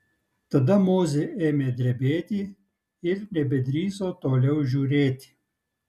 tada mozė ėmė drebėti ir nebedrįso toliau žiūrėti